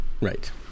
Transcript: Right